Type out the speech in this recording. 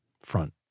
front